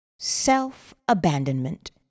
self-abandonment